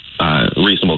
reasonable